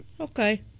Okay